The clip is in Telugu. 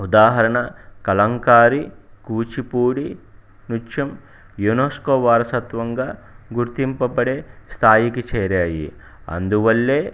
ఉదాహరణ కలంకారి కూచిపూడి నృత్యం యునెస్కో వారసత్వంగా గుర్తింపబడే స్థాయికి చేరాయి అందువల్లే